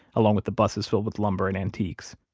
along with the buses filled with lumber and antiques.